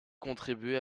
contribuer